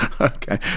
Okay